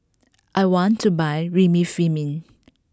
I want to buy Remifemin